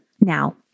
Now